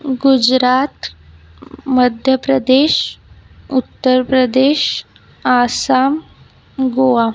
Gujarat Madhya Pradesh Uttar Pradesh Assam Goa